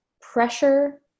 pressure